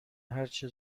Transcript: هرچه